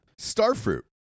starfruit